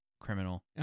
criminal